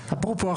אפרופו,